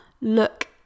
look